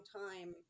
time